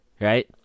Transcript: Right